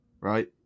right